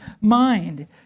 mind